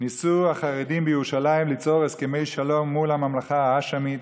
ניסו החרדים בירושלים ליצור הסכמי שלום מול הממלכה ההאשמית,